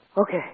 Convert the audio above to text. Okay